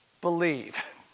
Believe